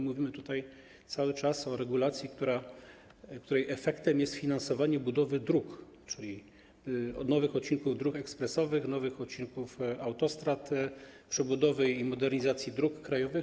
Mówimy tutaj cały czas o regulacji, której efektem jest finansowanie budowy dróg, czyli nowych odcinków dróg ekspresowych, nowych odcinków autostrad, przebudowy i modernizacji dróg krajowych.